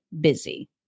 busy